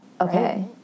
Okay